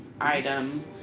item